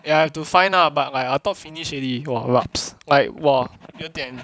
ya have to find lah but like I thought finish already !wah! rabs like !wah! 有点